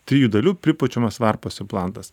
trijų dalių pripučiamas varpos implantas